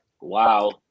Wow